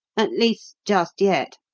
at least, just yet.